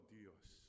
Dios